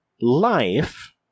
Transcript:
life